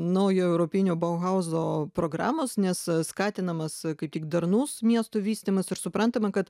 naujojo europinio bauhauzo programos nes skatinamas kaip tik darnus miestų vystymas ir suprantama kad